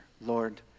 Lord